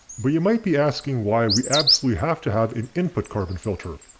but you might be asking why we absolutely have to have an input carbon filter.